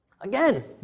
Again